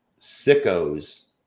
sickos